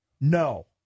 no